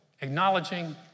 acknowledging